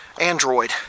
Android